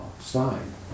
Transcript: sign